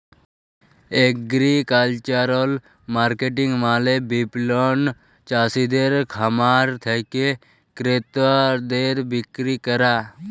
agricultural marketing মালে বিপণল চাসিদের খামার থেক্যে ক্রেতাদের বিক্রি ক্যরা